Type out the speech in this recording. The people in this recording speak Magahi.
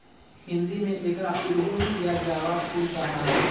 हिंदी में एकरा अड़हुल या जावा फुल कहा ही